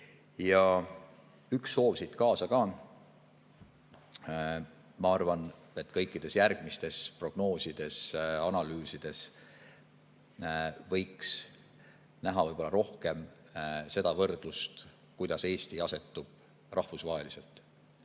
üks soov siit kaasa ka. Ma arvan, et kõikides järgmistes prognoosides ja analüüsides võiks olla rohkem seda võrdlust, kuidas Eesti asetub rahvusvaheliselt,